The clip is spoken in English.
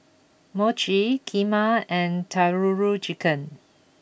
Mochi Kheema and Tandoori Chicken